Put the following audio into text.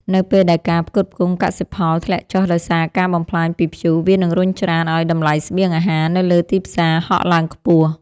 នៅពេលដែលការផ្គត់ផ្គង់កសិផលធ្លាក់ចុះដោយសារការបំផ្លាញពីព្យុះ វានឹងរុញច្រានឱ្យតម្លៃស្បៀងអាហារនៅលើទីផ្សារហក់ឡើងខ្ពស់។